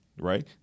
Right